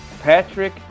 Patrick